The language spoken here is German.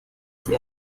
sie